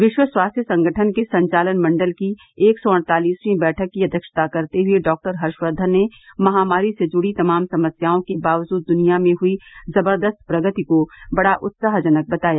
विश्व स्वास्थ्य संगठन के संचालन मंडल की एक सौ अड़तालिसवीं बैठक की अध्यक्षता करते हुए डॉ हर्षक्वन ने महामारी से जुड़ी तमाम समस्याओं के बावजूद दुनिया में हुई जबरदस्त प्रगति को बड़ा उत्साहजनक बताया